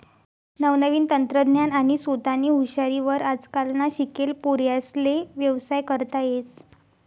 नवनवीन तंत्रज्ञान आणि सोतानी हुशारी वर आजकालना शिकेल पोर्यास्ले व्यवसाय करता येस